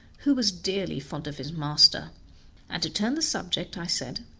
who was dearly fond of his master and to turn the subject i said,